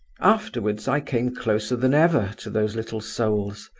afterwards i came closer than ever to those little souls,